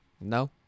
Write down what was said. No